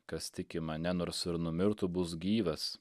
kas tiki mane nors ir numirtų bus gyvas